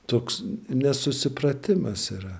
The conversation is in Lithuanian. toks nesusipratimas yra